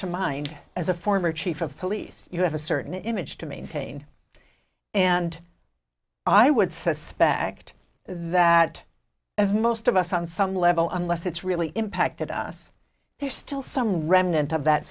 to mind as a former chief of police you have a certain image to maintain and i would suspect that as most of us on some level unless it's really impacted us there's still some remnant of that